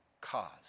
cause